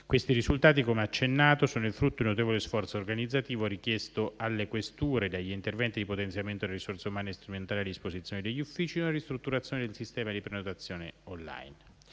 Questi risultati, come accennato, sono il frutto di un notevole sforzo organizzativo richiesto alle Questure, dagli interventi di potenziamento delle risorse umane e strumentali a disposizione degli uffici, alla ristrutturazione del sistema di prenotazione *on line*.